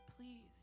please